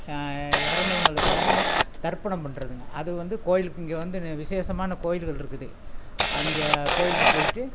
இறந்தவங்களுக்கு வந்து தர்ப்பணம் பண்ணுறதுங்க அது வந்து கோயிலுக்கு இங்கே வந்து விசேஷமான கோயில்கள் இருக்குது அங்கே கோயிலுக்கு போய்ட்டு